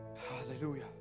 hallelujah